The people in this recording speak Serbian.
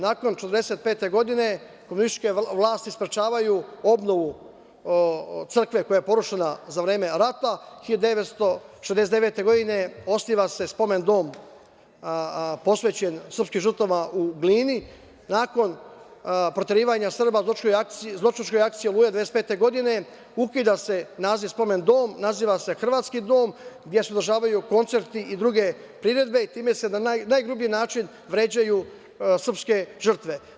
Nakon 1945. godine, komunističke vlasti sprečavaju obnovu crkve koja je porušena za vreme rata, 1969. godine osniva se Spomen dom posvećen srpskim žrtvama u Glini, nakon proterivanja Srba u zločinačkoj akciji "Oluja" 1995. godine ukida se naziv Spomen dom, naziva se Hrvatski dom, gde se održavaju koncerti i druge priredbe i time se na najgrublji način vređaju srpske žrtve.